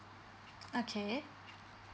okay